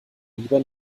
lieber